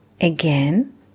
Again